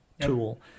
tool